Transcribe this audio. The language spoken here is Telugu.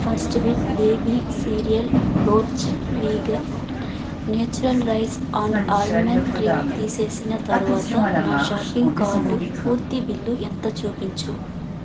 first bit baby cereal torch vegan natural rice and almond drink తీసేసిన తరువాత నా షాపింగ్ కార్టు పూర్తి బిల్లు ఎంతో చూపించు